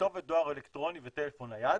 כתובת דואר אלקטרוני וטלפון נייד